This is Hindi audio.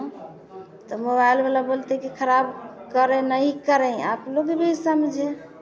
हाँ त मोबाइल वाला बोलते कि खराब करे नहीं करे आप लोग भी समझें